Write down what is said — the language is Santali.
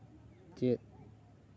ᱪᱮᱫ